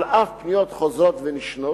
על אף פניות חוזרות ונשנות,